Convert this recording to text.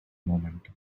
moment